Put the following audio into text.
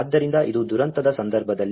ಆದ್ದರಿಂದ ಇದು ದುರಂತದ ಸಂದರ್ಭದಲ್ಲಿ